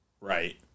Right